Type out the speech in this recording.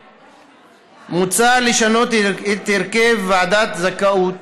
מוצע לשנות את הרכב ועדת זכאות